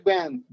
Band